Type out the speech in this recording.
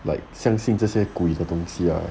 like 相信这些鬼的东西啊